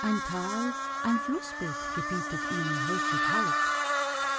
ein tal ein flußbett gebietet ihnen häufig halt